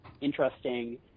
interesting